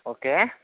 okay